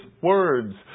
words